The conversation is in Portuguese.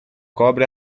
cobre